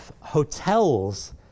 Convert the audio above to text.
hotels